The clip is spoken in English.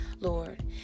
Lord